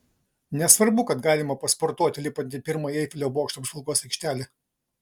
nesvarbu kad galima pasportuoti lipant į pirmąją eifelio bokšto apžvalgos aikštelę